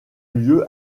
lieu